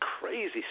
crazy